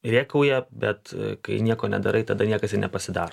rėkauja bet kai nieko nedarai tada niekas nepasidaro